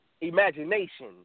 Imagination